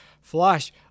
Flash